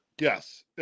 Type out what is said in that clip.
Yes